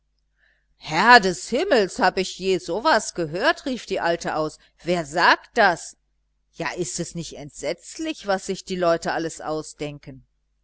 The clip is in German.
herr des himmels hab ich je so was gehört rief die alte aus sagt man das ja ist es nicht entsetzlich was sich die leute alles ausdenken